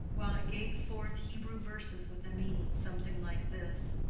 while it gave forth hebrew verses with a meaning something like this